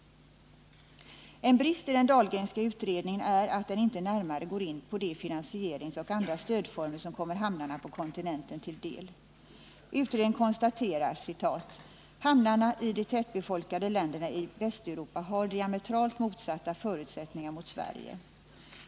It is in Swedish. En brist i den Dahlgrenska utredningen är också att den inte närmare går in på de finansieringsoch andra stödformer som kommer hamnarna på kontinenten till del. Utredningen konstaterar att ”hamnarna i de tättbefolkade länderna i Västeuropa har diamentralt motsatta förutsättningar mot Sverige”.